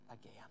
again